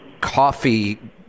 coffee